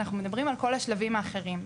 אנחנו מדברים על כל השלבים האחרים,